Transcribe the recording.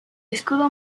escudo